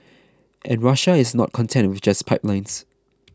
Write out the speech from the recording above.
and Russia is not content with just pipelines